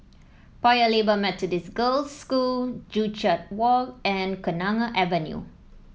Paya Lebar Methodist Girls' School Joo Chiat Walk and Kenanga Avenue